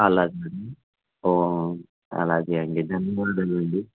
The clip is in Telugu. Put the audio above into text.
అలాగా అండి అలాగే అండి ధన్యవాదాలు అండి